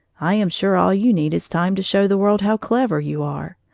i am sure all you need is time to show the world how clever you are.